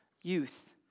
youth